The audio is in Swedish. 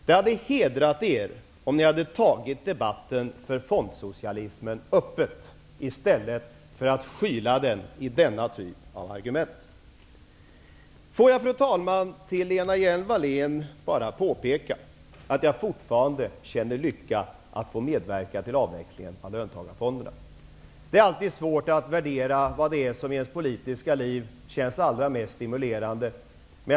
Det hade hedrat er om ni hade tagit debatten för fondsocialismen öppet i stället för att skyla den i denna typ av argument. Får jag, fru talman, till Lena Hjelm-Wallén, bara påpeka att jag fortfarande känner lycka över att få medverka till avvecklingen av löntagarfonderna. Det är alltid svårt att värdera vad det är i ens politiska liv som känns allra mest stimulerande.